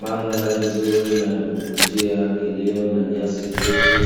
Mandhari nzuri na yakuvutia iliyo na nyasi fupi